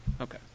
Okay